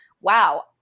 wow